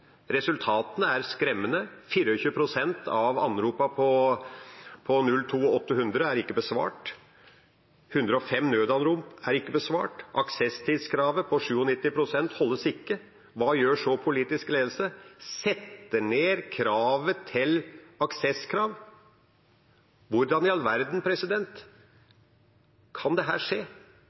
Resultatene er skremmende: 24 pst. av anropene til 02800 er ikke besvart. 105 nødanrop er ikke besvart. Aksesstidskravet på 97 pst. overholdes ikke. Hva gjør så den politiske ledelsen? De setter ned kravet til aksesstid. Hvordan i all verden kan dette skje?